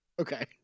Okay